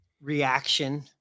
reaction